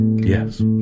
Yes